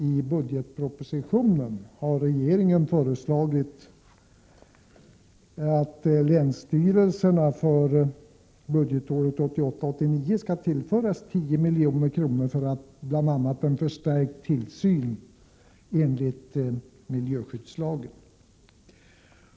I budgetpropositionen har regeringen föreslagit att länsstyrelserna för budgetåret 1988/89 skall tillföras 10 milj.kr. för bl.a. en förstärkt tillsyn enligt miljöskyddslagen.